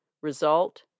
Result